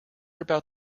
about